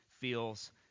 feels